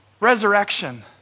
Resurrection